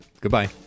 Goodbye